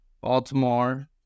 Baltimore